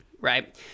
right